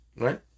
right